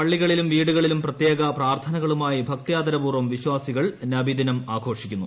പള്ളികളിലും വീടുകളിലും പ്രത്യേക പ്രാർത്ഥനകളുമായി ഭക്ത്യാദരപൂർവ്വം വിശ്വാസികൾ നബിദിനം ആഘോഷിക്കുന്നു